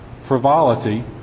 frivolity